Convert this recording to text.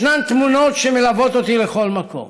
ישנן תמונות שמלוות אותי לכל מקום: